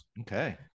Okay